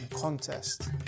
contest